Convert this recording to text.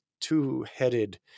two-headed